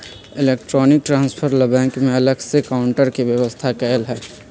electronic transfer ला bank में अलग से काउंटर के व्यवस्था कएल हई